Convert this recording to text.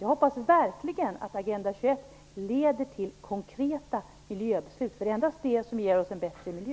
Jag hoppas verkligen att Agenda 21-arbetet leder till konkreta miljöbeslut. Endast det ger oss en bättre miljö.